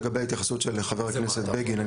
לגבי ההתייחסות של חבר הכנסת בגין אני